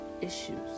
issues